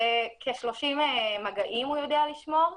כ-30 מגעים הוא יודע לשמור.